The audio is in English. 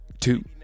two